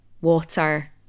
water